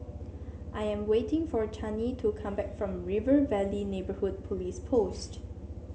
I am waiting for Channie to come back from River Valley Neighbourhood Police Post